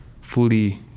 fully